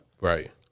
Right